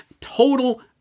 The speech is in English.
Total